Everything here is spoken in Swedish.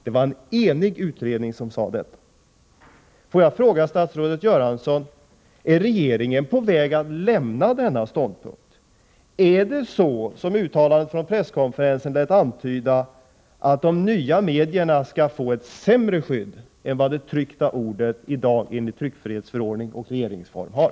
Det var alltså en enig utredning som sade detta. Får jag fråga statsrådet Göransson: Är regeringen på väg att lämna denna ståndpunkt? Är det så, som uttalandet från presskonferensen lät antyda, att de nya medierna skall få ett sämre skydd än vad det tryckta ordet i dag enligt tryckfrihetsförordningen och regeringsformen har?